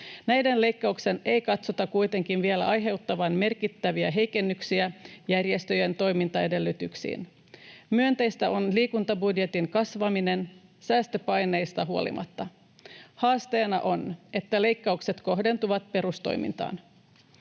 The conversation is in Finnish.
Näiden leikkauksien ei katsota kuitenkaan vielä aiheuttavan merkittäviä heikennyksiä järjestöjen toimintaedellytyksiin. Myönteistä on liikuntabudjetin kasvaminen säästöpaineista huolimatta. Haasteena on, että leikkaukset kohdentuvat perustoimintaan.